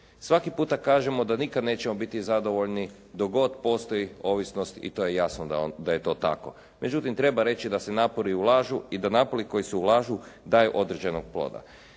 Svaki puta kažemo da nikada nećemo biti zadovoljni dok god postoji ovisnost i to je jasno da je to tako. Međutim, treba reći da se napori ulažu i da napori koji se ulažu daju određenog ploda.